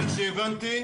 איך שהבנתי,